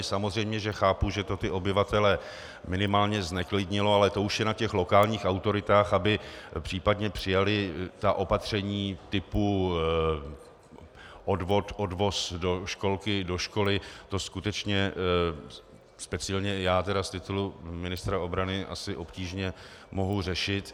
Samozřejmě chápu, že to obyvatele minimálně zneklidnilo, ale to už je na těch lokálních autoritách, aby případně přijaly opatření typu odvoz do školky, do školy, to skutečně speciálně já z titulu ministra obrany asi obtížně mohu řešit.